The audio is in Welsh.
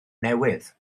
newydd